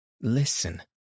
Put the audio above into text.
Listen